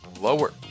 lower